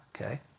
Okay